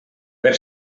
per